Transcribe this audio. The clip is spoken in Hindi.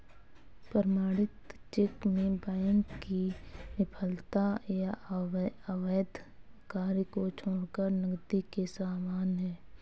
प्रमाणित चेक में बैंक की विफलता या अवैध कार्य को छोड़कर नकदी के समान है